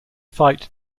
fight